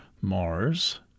Mars